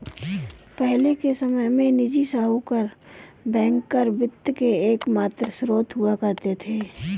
पहले के समय में निजी साहूकर बैंकर वित्त के एकमात्र स्त्रोत हुआ करते थे